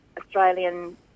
Australian